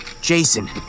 Jason